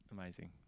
Amazing